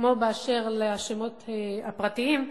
כמו באשר לשמות הפרטיים,